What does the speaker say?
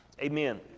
Amen